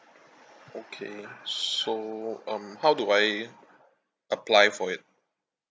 okay so um how do I apply for it